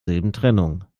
silbentrennung